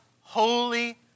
holy